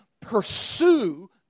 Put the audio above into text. pursue